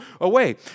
away